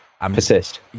persist